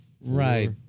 Right